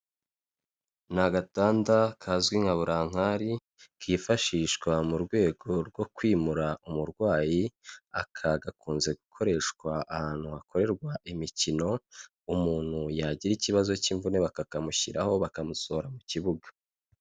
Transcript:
Ni agatanda kazwi nka burankari kifashishwa mu rwego rwo kwimura umurwayi. Aka gakunze gukoreshwa ahantu hakorerwa imikino, umuntu yagira ikibazo cy'imvune bakakamushyiraho bakamusohora mu kibuga.